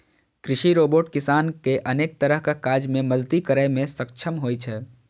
कृषि रोबोट किसान कें अनेक तरहक काज मे मदति करै मे सक्षम होइ छै